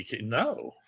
No